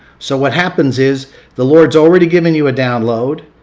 so what happens is the lord's already given you a download,